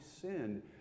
sinned